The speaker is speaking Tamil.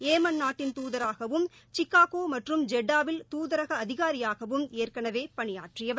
ஏமன் நாட்டின் துதராகவும் சிகாகோ மற்றும் ஜெட்டாவில் தூதரக அதிகாரியாகவும் ஏற்களவே பணியாற்றியவர்